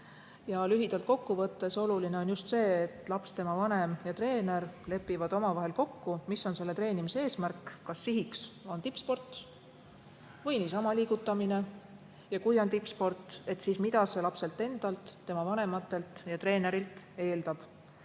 Lühidalt kokku võttes: oluline on just see, et laps, tema vanem ja treener lepivad omavahel kokku, mis on treenimise eesmärk, kas sihiks on tippsport või niisama liigutamine, ja kui on tippsport, siis mida see lapselt endalt, tema vanematelt ja treenerilt eeldab.